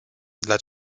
dla